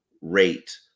Rate